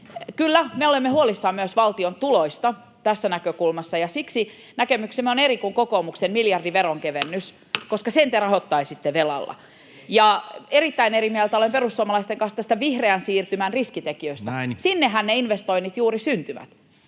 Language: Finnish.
Kyllä, me olemme huolissamme myös valtion tuloista tästä näkökulmasta, ja siksi näkemyksemme on eri kuin kokoomuksen miljardin veronkevennys, koska sen te rahoittaisitte velalla. [Kokoomuksen ryhmästä: Ei kokoomus!] Ja erittäin eri mieltä olen perussuomalaisten kanssa vihreän siirtymän riskitekijöistä. Sinnehän ne investoinnit juuri syntyvät: